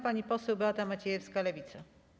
Pani Poseł Beata Maciejewska, Lewica.